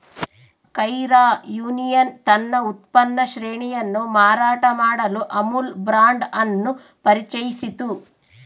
Kaira union ತನ್ನ ಉತ್ಪನ್ನ ಶ್ರೇಣಿಯನ್ನು ಮಾರಾಟ ಮಾಡಲು ಅಮುಲ್ ಬ್ರಾಂಡ್ ಅನ್ನು ಪರಿಚಯಿಸಿತು